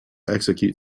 execute